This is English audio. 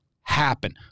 happen